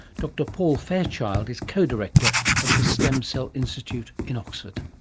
dr paul fairchild is co-director of the stem cell institute in oxford.